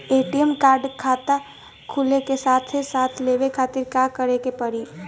ATM card खाता खुले के साथे साथ लेवे खातिर का करे के पड़ी?